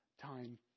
time